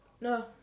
No